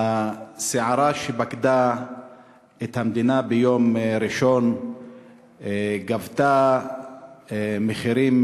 הסערה שפקדה את המדינה ביום ראשון גבתה מחירים